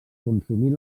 consumir